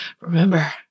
remember